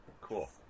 cool